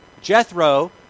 Jethro